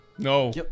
No